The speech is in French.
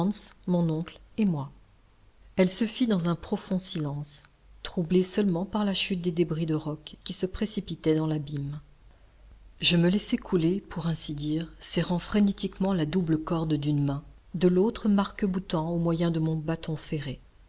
mon oncle et moi elle se fit dans un profond silence troublé seulement par la chute des débris de roc qui se précipitaient dans l'abîme je me laissai couler pour ainsi dire serrant frénétiquement la double corde d'une main de l'autre marc boutant au moyen de mon bâton ferré